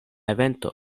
evento